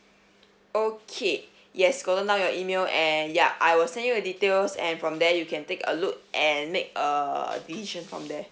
okay yes gotten down your email and ya I will send you the details and from there you can take a look and make a decision from there